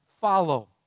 Follow